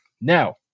Now